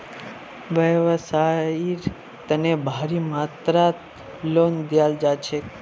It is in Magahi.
व्यवसाइर तने भारी मात्रात लोन दियाल जा छेक